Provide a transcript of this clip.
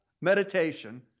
meditation